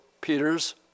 Peter's